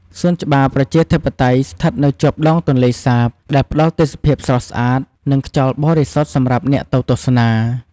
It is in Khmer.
សួនច្បារប្រជាធិបតេយ្យ ស្ថិតនៅជាប់ដងទន្លេសាប ដែលផ្តល់ទេសភាពស្រស់ស្អាត និងខ្យល់បរិសុទ្ធសម្រាប់អ្នកទៅទស្សនា។